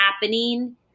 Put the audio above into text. happening